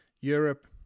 Europe